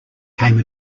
came